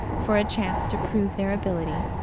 for a chance to prove their ability,